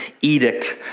edict